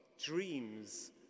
Dreams